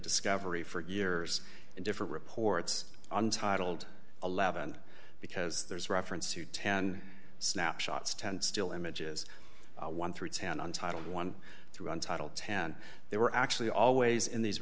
discovery for years in different reports untitled eleven because there's reference to ten snapshots ten still images one through ten on title one through untitled ten they were actually always in these